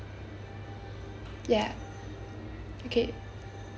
ya okay